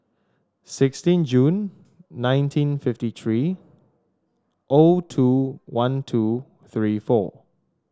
sixteen June nineteen fifty three O two one two three four